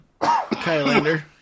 Kylander